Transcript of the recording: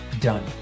done